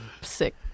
sick